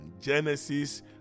Genesis